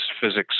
physics